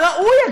הראוי,